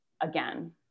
again